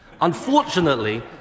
Unfortunately